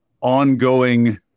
ongoing